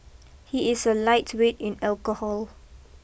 he is a lightweight in alcohol